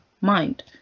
mind